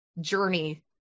journey